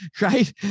right